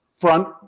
front